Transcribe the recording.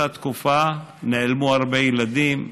באותה תקופה נעלמו הרבה ילדים.